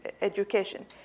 education